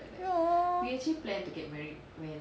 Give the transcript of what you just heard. !aww!